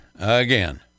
again